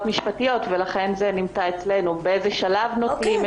משפטיות ולכן זה נמצא אצלנו באיזה שלב נוטלים את הדגימה -- אוקי,